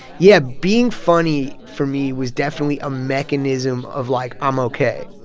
yeah, being funny for me was definitely a mechanism of like, i'm ok.